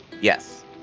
Yes